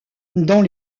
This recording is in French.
dans